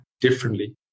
differently